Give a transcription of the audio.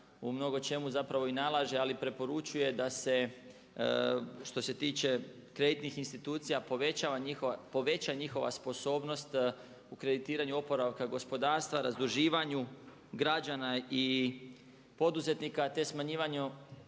u mnogo čemu i nalaže ali i preporučuje da se što se tiče kreditnih institucija poveća njihova sposobnost u kreditiranju oporavka gospodarstva, razduživanju građana i poduzetnika, te smanjivanju